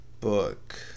book